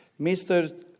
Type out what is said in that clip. Mr